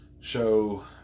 show